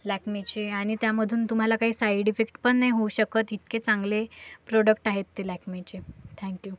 लॅक्मेचे आणि त्यामधून तुम्हाला काही साइड इफेक्ट पण नाही होऊ शकत इतके चांगले प्रॉडक्ट आहेत ते लॅक्मेचे थँक यू